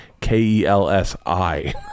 K-E-L-S-I